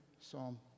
Psalm